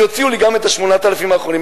יוציאו לי גם את ה-8,000 האחרונים,